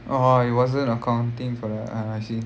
oh it wasn't accounting for that uh I see